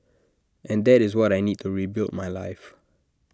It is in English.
and that is what I need to rebuild my life